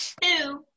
Two